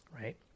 right